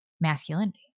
masculinity